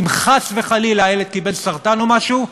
אם חס וחלילה הילד קיבל סרטן או משהו,